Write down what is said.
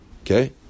Okay